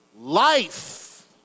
Life